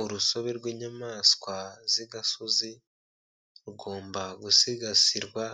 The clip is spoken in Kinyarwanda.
Urusobe rw'inyamaswa zigasozi rugomba gusigasirwa